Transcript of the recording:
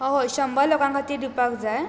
हय शंबर लोकां खातीर दिवपाक जाय